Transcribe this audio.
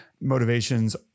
motivations